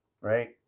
right